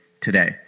today